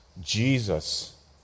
Jesus